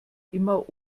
immer